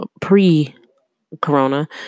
pre-corona